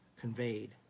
conveyed